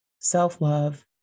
self-love